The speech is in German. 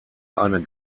eine